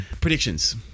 Predictions